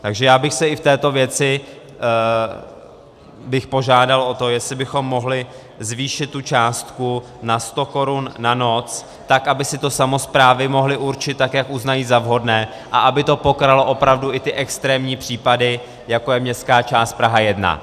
Takže já bych i v této věci požádal o to, jestli bychom mohli zvýšit tu částku na 100 korun na noc, aby si to samosprávy mohly určit tak, jak uznají za vhodné, a aby to pokrylo opravdu i ty extrémní případy, jako je městská část Praha 1.